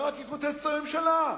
ברק יפוצץ את הממשלה.